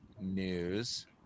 news